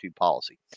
policy